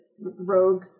rogue